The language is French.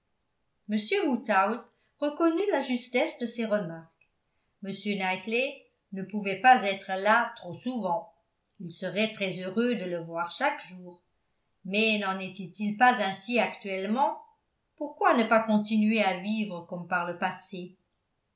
woodhouse reconnut la justesse de ces remarques m knightley ne pouvait pas être là trop souvent il serait très heureux de le voir chaque jour mais n'en était-il pas ainsi actuellement pourquoi ne pas continuer à vivre comme par le passé